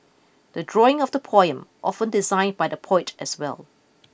the drawing of the poem often designed by the poet as well